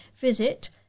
visit